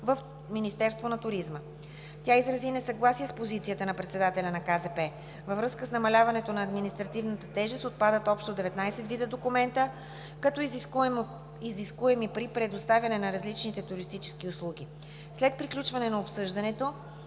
в Министерството на туризма. Тя изрази несъгласие с позицията на председателя на Комисията за защита на потребителите. Във връзка с намаляването на административната тежест отпадат общо 19 вида документи като изискуеми при предоставяне на различните туристически услуги. След приключване на обсъждането